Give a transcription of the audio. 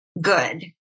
good